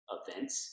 events